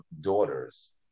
daughters